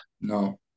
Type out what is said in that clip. no